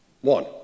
one